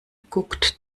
guckt